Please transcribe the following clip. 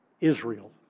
Israel